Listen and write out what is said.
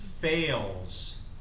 fails